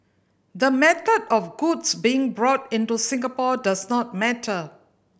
the method of goods being brought into Singapore does not matter